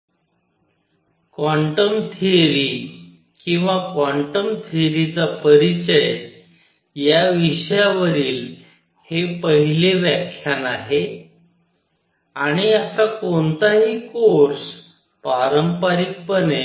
black body radiation I relevant definitions and black body as a cavity quantum theory किंवा quantum थिओरीचा परिचय या विषयावरील हे पहिले व्याख्यान आहे आणि असा कोणताही कोर्स पारंपारिकपणे